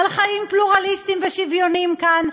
על חיים פלורליסטיים ושוויוניים כאן.